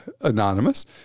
Anonymous